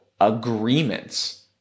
agreements